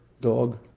dog